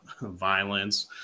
violence